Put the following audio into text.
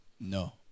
No